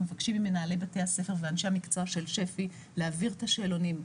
אנחנו מבקשים ממנהלי בתי הספר ואנשי המקצוע של שפ"י להעביר את השאלונים,